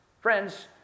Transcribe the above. Friends